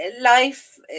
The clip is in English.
life